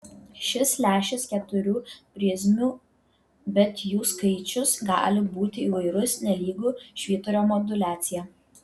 šis lęšis keturių prizmių bet jų skaičius gali būti įvairus nelygu švyturio moduliacija